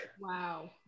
Wow